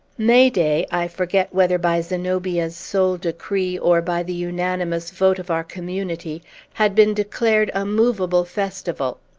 may-day i forget whether by zenobia's sole decree, or by the unanimous vote of our community had been declared a movable festival.